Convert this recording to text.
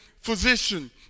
physician